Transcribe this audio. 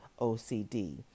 OCD